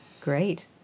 Great